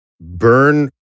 burn